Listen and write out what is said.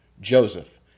Joseph